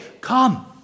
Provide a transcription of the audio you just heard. come